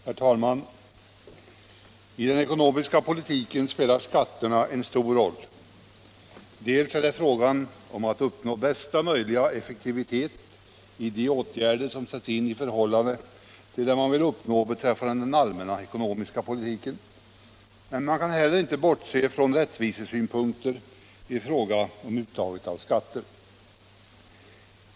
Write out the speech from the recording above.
Herr talman! I den ekonomiska politiken spelar skatterna en stor roll. Det gäller att uppnå bästa möjliga effektivitet i de åtgärder som sätts in i förhållande till vad man vill uppnå med den allmänna ekonomiska politiken, men man kan heller inte vid uttaget av skatter bortse från rättvisesynpunkter.